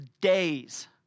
days